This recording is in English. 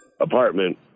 apartment